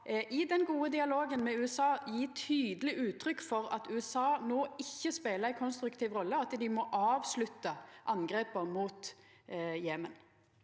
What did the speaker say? i den gode dialogen med USA, gje tydeleg uttrykk for at USA no ikkje spelar ei konstruktiv rolle, og at dei må avslutta angrepa mot Jemen?